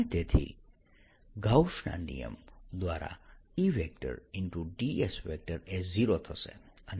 અને તેથી ગાઉસના નિયમ Gauss's Law દ્વારા E ds એ 0 થશે